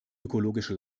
ökologische